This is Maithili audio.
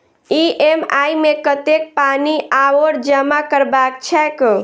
ई.एम.आई मे कतेक पानि आओर जमा करबाक छैक?